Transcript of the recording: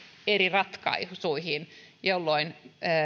eri ratkaisuihin jolloin